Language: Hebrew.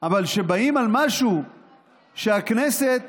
אבל כשעל משהו שהכנסת